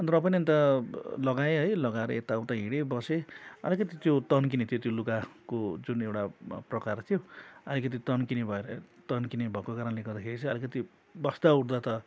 अन्त र पनि अन्त लगाएँ है लगाएर एता उता हिँडेँ बसेँ अलिकति त्यो तन्किने त्यो त्यो लुगाको जुन एउटा प्रकार थियो आलिकति तन्किने भएर तन्किने भएको कारणले गर्दाखेरि चाहिँ अलिकति बस्दा उठ्दा त